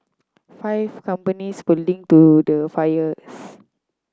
five companies were linked to the fires